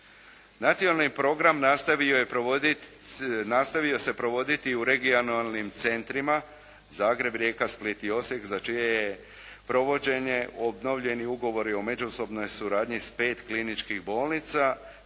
Nacionalni program nastavio se provoditi u regionalnim centrima Zagreb, Rijeka, Split i Osijek za čije je provođenje obnovljeni ugovori o međusobnoj suradnji s 5 kliničkih bolnica,